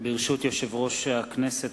יושב-ראש הכנסת,